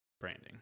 branding